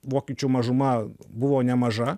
vokiečių mažuma buvo nemaža